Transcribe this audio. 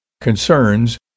concerns